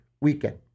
weekend